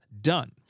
done